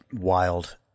wild